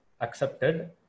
accepted